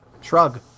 shrug